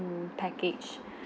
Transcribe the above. mm package